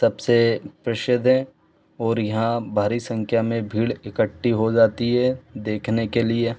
सबसे प्रसिद्ध है और यहाँ भारी संख्या में भीड़ इकट्टी हो जाती हे देखने के लिए